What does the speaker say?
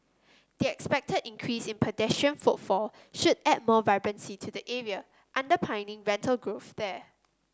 the expected increase in pedestrian footfall should add more vibrancy to the area underpinning rental growth there